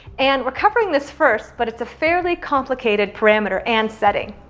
and we're covering this first. but it's a fairly complicated parameter and setting.